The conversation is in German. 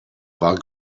war